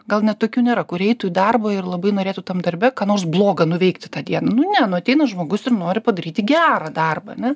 gal net tokių nėra kur eitų į darbą ir labai norėtų tam darbe ką nors bloga nuveikti tą dieną nu ne nu ateina žmogus ir nori padaryti gerą darbą ne